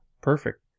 perfect